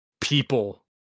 people